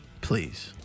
Please